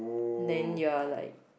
then you are like